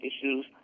issues